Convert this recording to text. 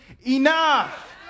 Enough